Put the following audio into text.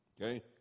Okay